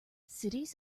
cities